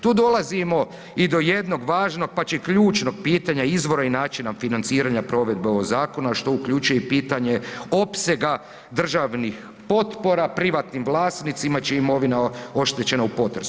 Tu dolazimo i do jednog važnog, pa čak i ključnog pitanja izvora i načina financiranja provedbe ovog zakona, što uključuje i pitanje opsega državnih potpora privatnim vlasnicima čija je imovina oštećena u potresu.